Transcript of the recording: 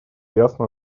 ясно